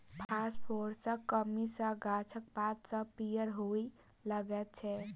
फासफोरसक कमी सॅ गाछक पात सभ पीयर हुअ लगैत छै